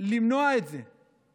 למנוע את זה.